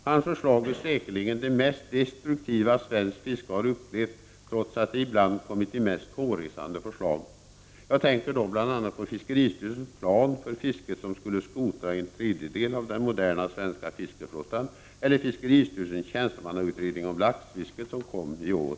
Hans förslag är säkerligen det mest destruktiva svenskt fiske har upplevt, trots att det ibland kommit de mest hårresande förslag. Jag tänker då bl.a. på fiskeristyrelsens plan för fisket som skulle skrota en tredjedel av den moderna svenska fiskeflottan och fiskeristyrelsens tjänstemannautredning om laxfisket som kom i år.